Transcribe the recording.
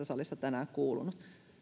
salissa tänään kuulunut